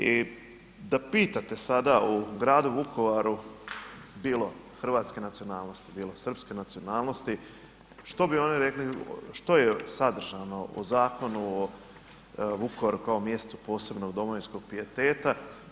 I da pitate sada o gradu Vukovaru bilo hrvatske nacionalnosti, bilo srpske nacionalnosti, što bi oni rekli što je sadržano u Zakonu o Vukovaru kao mjestu posebnog domovinskog pijeteta?